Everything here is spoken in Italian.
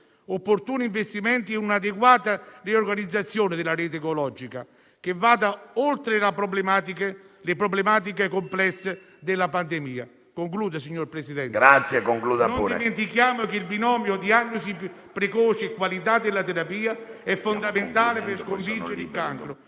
opportuni investimenti e un'adeguata riorganizzazione della rete oncologica, che vada oltre le problematiche complesse della pandemia. Concludendo, signor Presidente, non dimentichiamo che il binomio tra diagnosi precoce e qualità della terapia è fondamentale per sconfiggere il cancro,